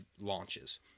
launches